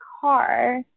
car